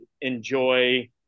enjoy